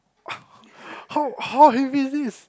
how how heavy is this